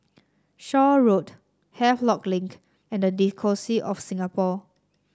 Shaw Road Havelock Link and the Diocese of Singapore